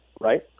right